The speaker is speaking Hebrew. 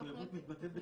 המחויבות מתבטאת בתקצוב.